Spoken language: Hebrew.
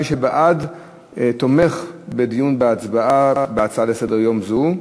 מי שבעד, תומך בדיון בהצעה לסדר-היום זו.